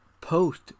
post